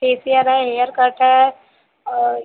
facial है haircut है और